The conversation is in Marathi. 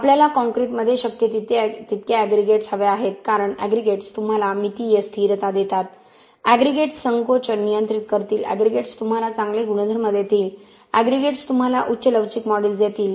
आपल्याला कॉंक्रिटमध्ये शक्य तितके एग्रीगेट्स हवे आहेत कारण एग्रीगेट्स तुम्हाला मितीय स्थिरता देतात एग्रीगेट्स संकोचन नियंत्रित करतील एग्रीगेट्स तुम्हाला चांगले गुणधर्म देतील एग्रीगेट्स तुम्हाला उच्च लवचिक मॉड्यूलस देतील